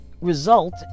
result